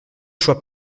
choix